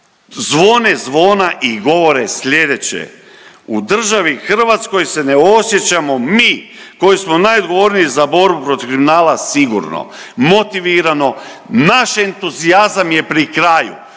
Zvone zvona i govore sljedeće, u državi Hrvatskoj se ne osjećamo mi koji smo najodgovorniji za borbu protiv kriminala, sigurno, motivirano, naš entuzijazam je pri kraju,